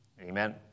amen